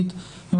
וגם